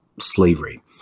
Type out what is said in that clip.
slavery